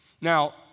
Now